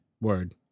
Word